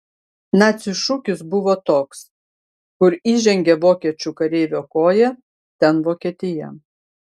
nacių šūkis buvo toks kur įžengė vokiečių kareivio koja ten vokietija